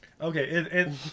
Okay